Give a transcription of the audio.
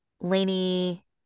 Laney